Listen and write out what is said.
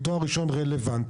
עם תואר ראשון רלוונטי,